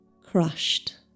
crushed